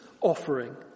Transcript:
offering